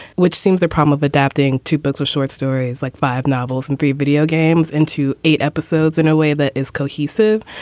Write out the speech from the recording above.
which seems the problem of adapting to books or short stories like five novels and three video games into eight episodes in a way that is cohesive.